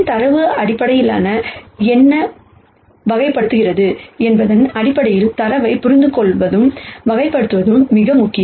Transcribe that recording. தரவின் அடிப்படையில் என்ன வகைப்படுத்துகிறது என்பதன் அடிப்படையில் தரவைப் புரிந்துகொள்வதும் வகைப்படுத்துவதும் மிக முக்கியம்